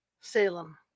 Salem